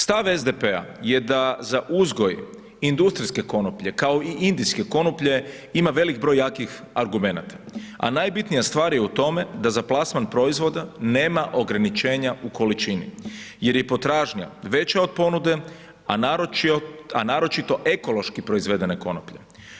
Stav SDP-a da za uzgoj industrijske konoplje, kao i indijske konoplje, ima velik broj jakih argumenata, a najbitnija stvar je u tome da za plasman proizvoda nema ograničenja u količini jer je potražnja veća od ponude, a naročito ekološki proizvedena konoplja.